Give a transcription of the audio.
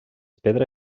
pedra